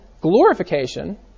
glorification